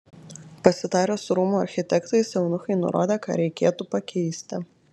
pasitarę su rūmų architektais eunuchai nurodė ką reikėtų pakeisti